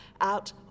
out